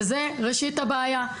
וזה ראשית הבעיה.